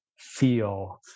feel